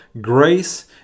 grace